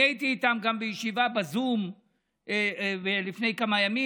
אני הייתי איתן גם בישיבה בזום לפני כמה ימים.